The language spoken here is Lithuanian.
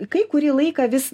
kai kurį laiką vis